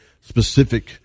specific